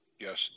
Yes